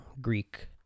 Greek